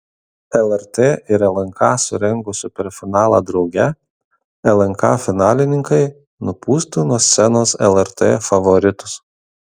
lrt ir lnk surengus superfinalą drauge lnk finalininkai nupūstų nuo scenos lrt favoritus